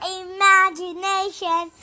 imagination